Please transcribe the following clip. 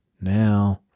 now